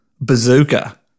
bazooka